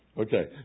Okay